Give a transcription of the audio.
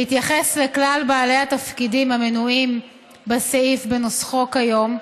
בהתייחס לכלל בעלי התפקידים המנויים בסעיף בנוסחו כיום,